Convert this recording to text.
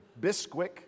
Bisquick